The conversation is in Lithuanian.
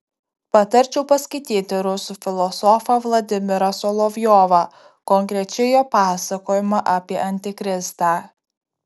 patarčiau paskaityti rusų filosofą vladimirą solovjovą konkrečiai jo pasakojimą apie antikristą